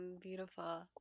Beautiful